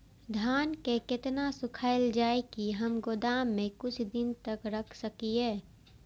धान के केतना सुखायल जाय की हम गोदाम में कुछ दिन तक रख सकिए?